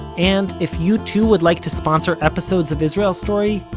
and, if you too would like to sponsor episodes of israel story,